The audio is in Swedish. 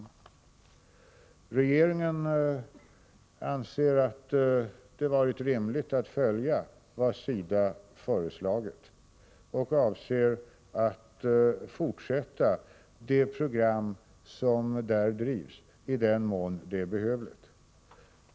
Regeringen anser att det är rimligt att följa vad SIDA föreslagit och avser att fortsätta det program som där drivs i den mån det är behövligt.